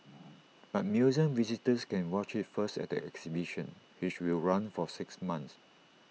but museum visitors can watch IT first at the exhibition which will run for six months